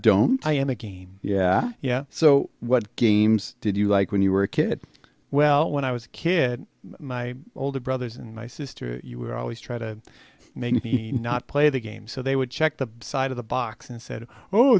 don't i am again yeah yeah so what games did you like when you were a kid well when i was a kid my older brothers and my sister were always try to make me not play the game so they would check the side of the box and said oh